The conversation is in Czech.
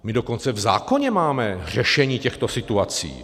My dokonce v zákoně máme řešení těchto situací.